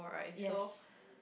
yes